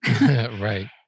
Right